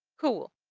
cool